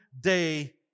day